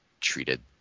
treated